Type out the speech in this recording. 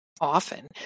often